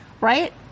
right